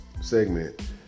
segment